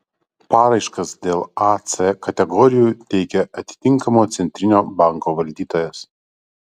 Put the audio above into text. paraiškas dėl a c kategorijų teikia atitinkamo centrinio banko valdytojas